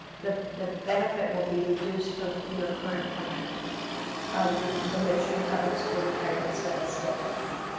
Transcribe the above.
the the benefit will be reduced to your current plan of the the michigan public school retirement service dental plan.